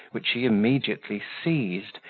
which he immediately seized,